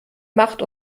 macht